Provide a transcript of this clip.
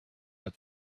had